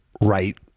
Right